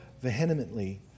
vehemently